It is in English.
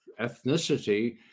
ethnicity